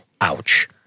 Ouch